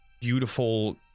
beautiful